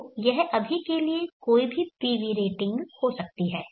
तो यह अभी के लिए कोई भी PV रेटिंग हो सकती है